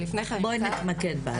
בואי נתמקד ב-(4).